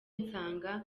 nsanga